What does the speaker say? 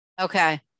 Okay